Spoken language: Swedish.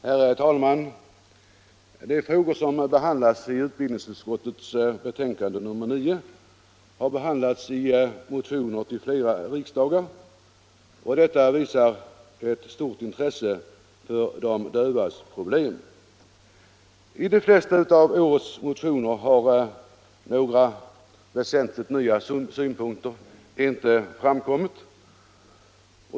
Herr talman! De frågor som behandlas i utbildningsutskottets betänkande nr 9 har behandlats i motioner till flera riksdagar, och detta visar ett stort intresse för de dövas problem. I de flesta av årets motioner har några väsentliga nya synpunkter inte framkommit.